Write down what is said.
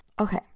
Okay